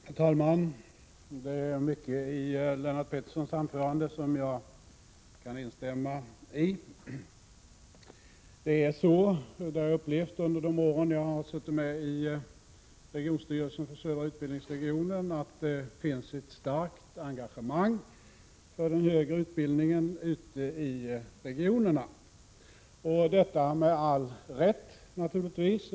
Herr talman! Det är mycket i Lennart Petterssons anförande som jag kan instämma i. Under de år jag har suttit med i regionstyrelsen för södra utbildningsregionen har jag upplevt att det finns ett starkt engagemang för den högre utbildningen ute i regionerna. Detta med all rätt, naturligtvis.